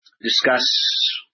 discuss